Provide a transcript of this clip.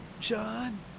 John